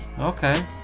Okay